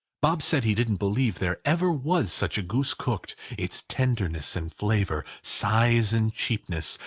bob said he didn't believe there ever was such a goose cooked. its tenderness and flavour, size and cheapness,